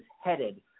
headed